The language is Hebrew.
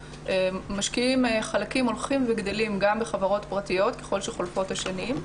משקיעים חלקים הולכים וגדלים גם בחברות פרטיות ככל שחולפות השנים,